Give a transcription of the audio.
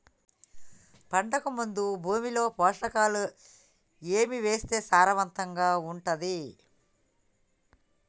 పంటకు ముందు భూమిలో పోషకాలు ఏవి వేస్తే సారవంతంగా ఉంటది?